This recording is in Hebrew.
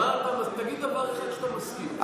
תגיד דבר אחד שאתה מסכים לו.